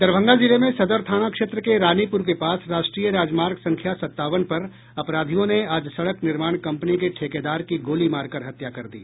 दरभंगा जिले में सदर थाना क्षेत्र के रानीप्र के पास राष्ट्रीय राजमार्ग संख्या सत्तावन पर अपराधियों ने आज सड़क निर्माण कंपनी के ठेकेदार की गोली मारकर हत्या कर दी